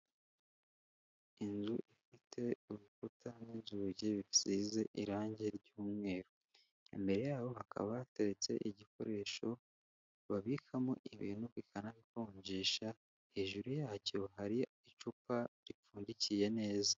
Inzu ifite urukuta n'inzugi bisize irangi ry'umweru, imbere yaho hakaba hateretse igikoresho babikamo ibintu kikanabikonjesha, hejuru yacyo hari icupa ripfundikiye neza.